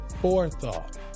forethought